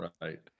Right